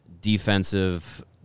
defensive